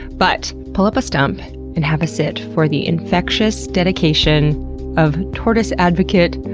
but, pull up a stump and have a sit for the infectious dedication of tortoise advocate,